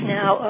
now